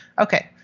Okay